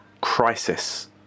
crisis